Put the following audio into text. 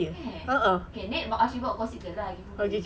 eh okay nick archie bald gossip girl lah itu sahaja